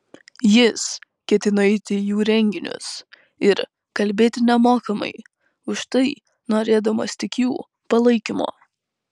jis ketino eiti į jų renginius ir kalbėti nemokamai už tai tenorėdamas tik jų palaikymo